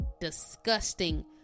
disgusting